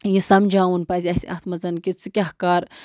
یہِ سَمجاوُن پَزِ اَسہِ اَتھ منٛز کہِ ژٕ کیٛاہ کَر